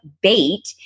bait